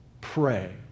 pray